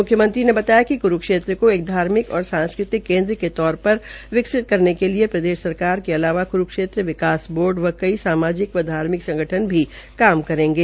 मुख्यमंत्री ने बताया कि क्रूक्षेत्र केा एक धार्मिक और सांस्कृतिक केन्द्र के तौर पर विकसित करने के लिए सरकार के अलावा क्रूक्षेत्र विकास बोर्ड व कई सामाजिक व धार्मिक संगठन भी काम कर रहेंगे